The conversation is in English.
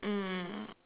mm mm mm